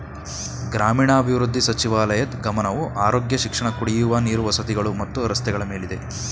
ಗ್ರಾಮೀಣಾಭಿವೃದ್ಧಿ ಸಚಿವಾಲಯದ್ ಗಮನವು ಆರೋಗ್ಯ ಶಿಕ್ಷಣ ಕುಡಿಯುವ ನೀರು ವಸತಿಗಳು ಮತ್ತು ರಸ್ತೆಗಳ ಮೇಲಿದೆ